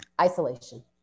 Isolation